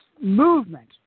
movement